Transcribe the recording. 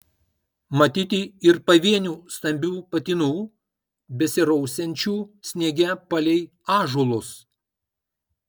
matyti ir pavienių stambių patinų besirausiančių sniege palei ąžuolus